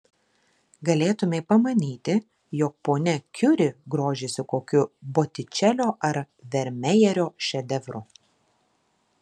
galėtumei pamanyti jog ponia kiuri grožisi kokiu botičelio ar vermejerio šedevru